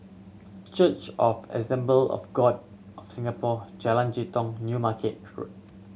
Church of the Assemblies of God of Singapore Jalan Jitong New Market